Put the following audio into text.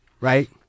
Right